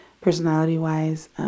personality-wise